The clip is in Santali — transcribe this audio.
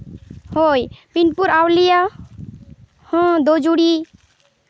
ᱦᱳᱭ ᱵᱤᱱᱯᱩᱨ ᱟᱹᱣᱞᱤᱭᱟᱹ ᱦᱚᱸ ᱫᱚᱦᱡᱩᱲᱤ